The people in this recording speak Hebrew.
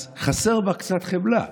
אז חסר בה קצת חמלה.